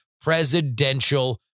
presidential